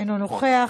אינו נוכח,